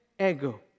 ego